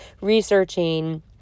researching